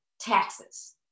taxes